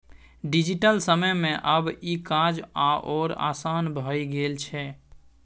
digital समय मे आब ई काज आओर आसान भए गेल छै